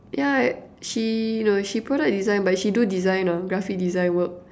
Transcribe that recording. yeah she no she product design but she do design lah graphic design work